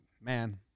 man